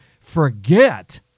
Forget